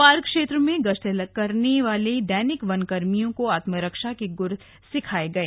park क्षेत्र में गश्त करने वाले दैनिक वन कर्मियों को आत्मरक्षा के गुर सिखाए गए